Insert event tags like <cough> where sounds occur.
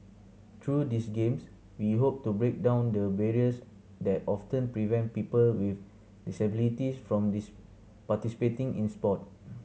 through these Games we hope to break down the barriers that often prevent people with disabilities from <unintelligible> participating in sport <noise>